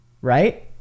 right